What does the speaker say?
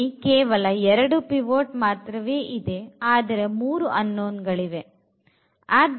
ಇಲ್ಲಿ ಕೇವಲ 2 ಪಿವೋಟ್ ಮಾತ್ರವೇ ಇದೆ ಆದರೆ 3 unknown ಗಳು ಇದೆ